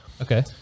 Okay